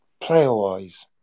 Player-wise